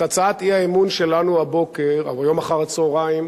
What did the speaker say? את הצעת האי-אמון שלנו היום אחר-הצהריים